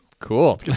Cool